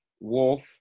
Wolf